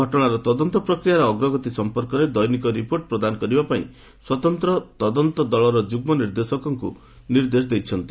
ଘଟଣାର ତଦନ୍ତ ପ୍ରକ୍ରିୟାର ଅଗ୍ରଗତି ସଂପର୍କରେ ଦୈନିକ ରିପୋର୍ଟ ପ୍ରଦାନ କରିବା ପାଇଁ ସ୍ୱତନ୍ତ୍ର ତଦନ୍ତ ଦଳର ଯୁଗ୍ମ ନିର୍ଦ୍ଦେଶକଙ୍କୁ ନିର୍ଦ୍ଦେଶ ଦେଇଛନ୍ତି